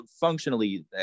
functionally